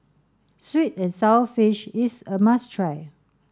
sweet and sour fish is a must try